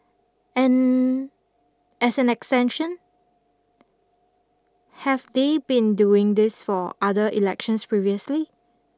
and as an extension have they been doing this for other elections previously